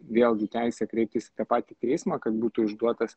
vėlgi teisę kreiptis į tą patį teismą kad būtų išduotas